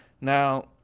now